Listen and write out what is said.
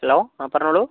hello ആ പറഞ്ഞോളൂ